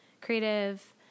creative